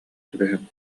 түбэһэн